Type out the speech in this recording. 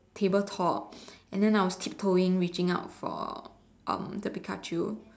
tabletop and then I was tip toeing reaching out for um the Pikachu